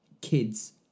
kids